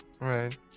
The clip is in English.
right